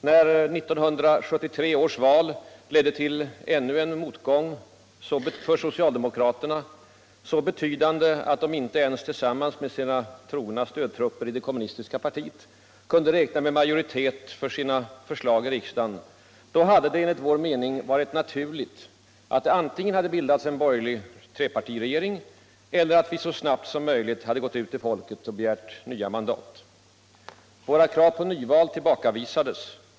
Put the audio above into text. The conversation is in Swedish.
När 1973 års val ledde till ännu en motgång för socialdemokraterna — så betydande att de inte ens tillsammans med sina trogna stödtrupper i det kommunistiska partiet kunde räkna med majoritet för sina förslag i riksdagen — då hade det enligt vår mening varit naturligt att det antingen hade bildats en borgerlig trepartiregering eller att vi så snabbt som möjligt hade gått ut till folket och begärt nya mandat. Våra krav på nyval tillbakavisades.